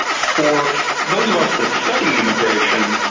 for those of us that study immigration,